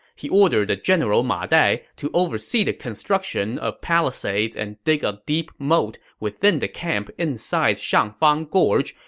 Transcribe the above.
he ordered the general ma dai to oversee the construction of palisades and dig a deep moat within the camp inside shangfang gorge,